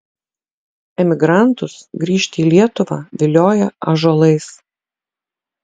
emigrantus grįžti į lietuvą vilioja ąžuolais